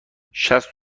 شصت